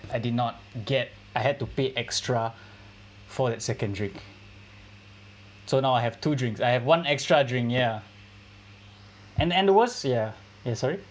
I did not get I had to pay extra for that secondary so now I have two drinks I have one extra drink ya and and the worse ya okay sorry